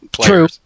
True